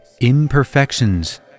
imperfections